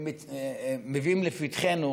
מביאים לפתחנו,